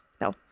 No